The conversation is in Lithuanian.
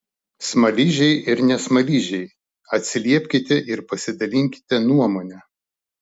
smaližiai ir ne smaližiai atsiliepkite ir pasidalinkite nuomone